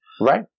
right